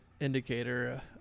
indicator